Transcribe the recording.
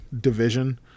division